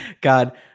God